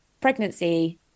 pregnancy